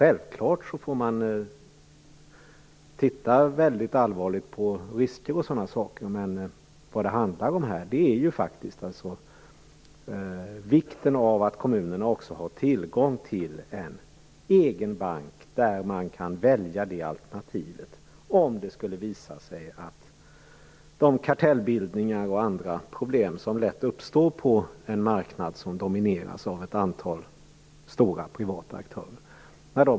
Man får självklart se allvarligt på risker och sådant, men vad det handlar om är ju vikten av att kommunen också har tillgång till en egen bank, att man kan välja det alternativet om det finns kartellbildningar och andra problem, som lätt uppstår på en marknad som domineras av ett antal stora privata aktörer.